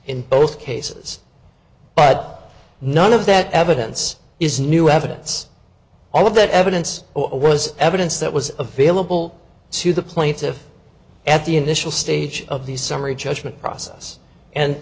in both cases but none of that evidence is new evidence all of that evidence or was evidence that was available to the plaintiff at the initial stage of the summary judgment process and